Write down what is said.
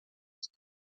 esquí